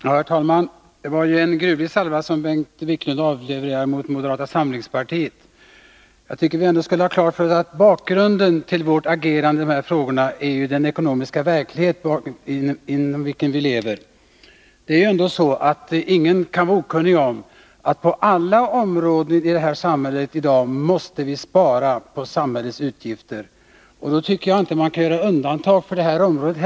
Herr talman! Det var en gruvlig salva som Bengt Wiklund avlossade mot moderata samlingspartiet. Vi skall väl ändå ha klart för oss att bakgrunden till vårt agerande i dessa frågor är den ekonomiska verklighet i vilken vilever. Ingen kan vara okunnig om att vii dag måste spara på samhällets utgifter — på alla områden. Då tycker jaginte att man kan göra undantag för det här området.